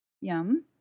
yum